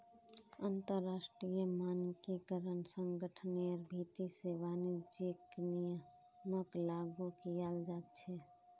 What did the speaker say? अंतरराष्ट्रीय मानकीकरण संगठनेर भीति से वाणिज्यिक नियमक लागू कियाल जा छे